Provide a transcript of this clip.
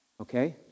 Okay